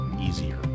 easier